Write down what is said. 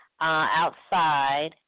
outside